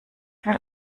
will